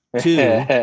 Two